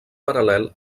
paral·lel